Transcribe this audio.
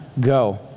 go